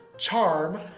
charm,